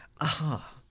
Aha